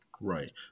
right